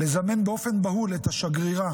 לזמן באופן בהול את השגרירה